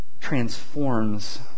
transforms